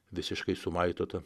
visiškai sumaitotą